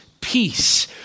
peace